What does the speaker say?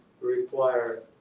require